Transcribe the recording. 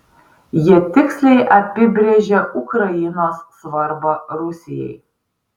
jie tiksliai apibrėžia ukrainos svarbą rusijai